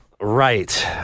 Right